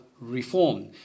reform